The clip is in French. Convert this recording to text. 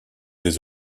les